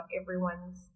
everyone's